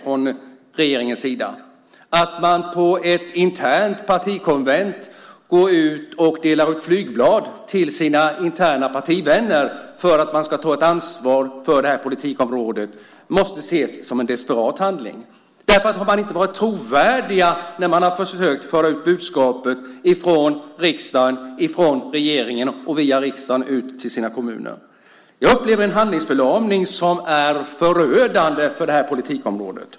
På ett internt partikonvent går man ut och delar ut flygblad till sina partivänner för att de ska ta ett ansvar för det här politikområdet. Det måste ses som en desperat handling. Har man inte varit trovärdig när man har försökt föra ut budskapet ifrån riksdagen - ifrån regeringen via riksdagen - ut till sina kommuner? Jag upplever en handlingsförlamning som är förödande för det här politikområdet.